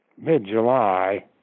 mid-July